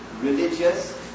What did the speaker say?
religious